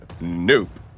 Nope